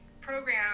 program